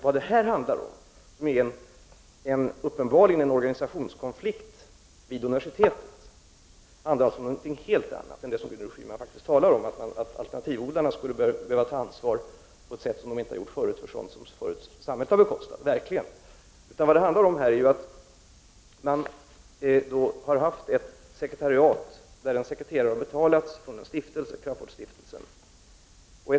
Vad det här handlar om är uppenbarligen en organisationskonflikt vid universitetet, någonting helt annat än vad Gudrun Schyman talar om — att alternativodlarna skulle behöva ta ansvar på ett sätt som de tidigare inte gjort för sådant som samhället har bekostat. Det finns ett sekretariat, där en sekreterare har betalats från Crafoordstiftelsen.